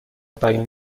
بیان